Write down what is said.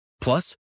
Plus